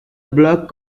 block